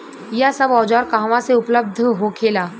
यह सब औजार कहवा से उपलब्ध होखेला?